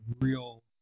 real